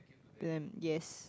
then yes